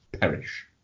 perish